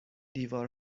دیوار